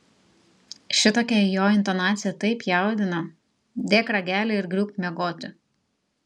šitokia jo intonacija taip jaudina dėk ragelį ir griūk miegoti